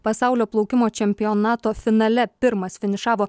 pasaulio plaukimo čempionato finale pirmas finišavo